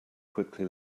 quickly